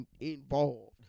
involved